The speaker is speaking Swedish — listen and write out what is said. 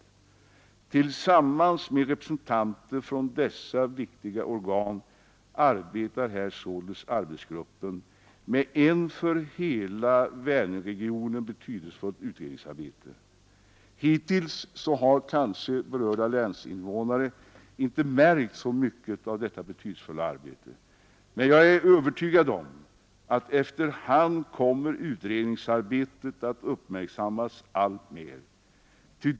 Tillsammans med representanter för dessa viktiga organ arbetar här arbetsgruppen med ett för hela Vänerregionen betydelsefullt utredningsarbete. Hittills har kanske berörda länsinvånare inte märkt så mycket av detta betydelsefulla arbete, men jag är övertygad om att utredningsarbetet efter hand kommer att uppmärksammas alltmer.